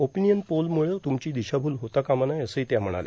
opinion पोलस्मुळं तुमची दिशाभूल होता कामा नये असंही त्या म्हणाल्या